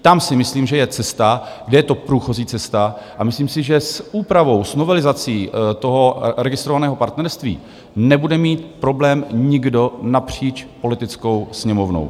Tam si myslím, že je cesta, kde je to průchozí cesta, a myslím si, že s úpravou, s novelizací registrovaného partnerství nebude mít problém nikdo napříč politickou Sněmovnou.